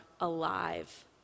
alive